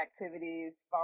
activities